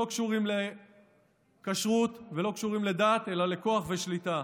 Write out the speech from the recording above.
שלא קשורים לכשרות ולא קשורים לדת אלא לכוח ושליטה.